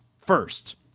first